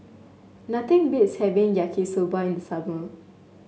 nothing beats having Yaki Soba in the summer